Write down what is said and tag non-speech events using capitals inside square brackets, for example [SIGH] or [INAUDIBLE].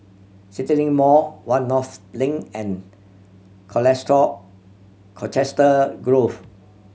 CityLink Mall One North Link and [UNINTELLIGIBLE] Colchester Grove